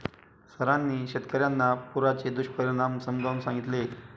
सरांनी शेतकर्यांना पुराचे दुष्परिणाम समजावून सांगितले